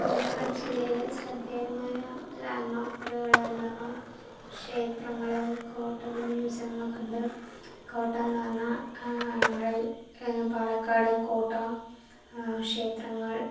പാലക്കാട് ജില്ലയില് ശ്രദ്ധേയമായ ലാൻഡ് മാർക്കുകളെന്ന് പറഞ്ഞാൽ ക്ഷേത്രങ്ങള് കോട്ടകള് മ്യൂസിയങ്ങളക്കെണ്ട് കോട്ടാന്ന് പറഞ്ഞാൽ നമ്മുടെ ഈ പാലക്കാട് കോട്ട ക്ഷേത്രങ്ങൾ